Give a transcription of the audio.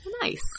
Nice